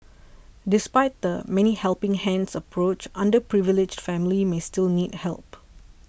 despite the many helping hands approach underprivileged families many still need help